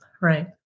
Right